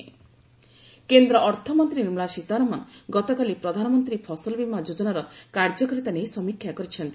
ପ୍ରଧାନମନ୍ତ୍ରୀ ଫସଲବୀମା କେନ୍ଦ୍ର ଅର୍ଥମନ୍ତ୍ରୀ ନିର୍ମଳା ସୀତାରମଣ ଗତକାଲି ପ୍ରଧାନମନ୍ତ୍ରୀ ଫସଲବୀମା ଯୋଜନାର କାର୍ଯ୍ୟକାରିତା ନେଇ ସମୀକ୍ଷା କରିଛନ୍ତି